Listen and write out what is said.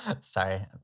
Sorry